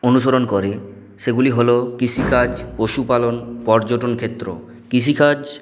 অনুসরণ করে সেগুলি হল কৃষিকাজ পশুপালন পর্যটন ক্ষেত্র কৃষিকাজ